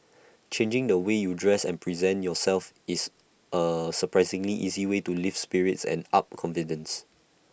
changing the way you dress and present yourself is A surprisingly easy way to lift spirits and up confident